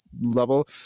level